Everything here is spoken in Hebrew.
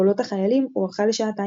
התוכניות בגלגלילה עסקו בעיקר בעשור